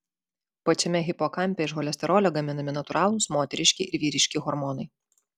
pačiame hipokampe iš cholesterolio gaminami natūralūs moteriški ir vyriški hormonai